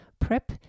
PrEP